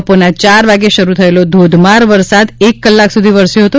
બપોરના ચાર વાગે શરૂ થયેલો ધોધમાર વરસાદ એક કલાક સુધી વરસ્યો હતો